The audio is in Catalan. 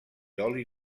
oli